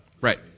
right